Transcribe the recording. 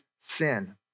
sin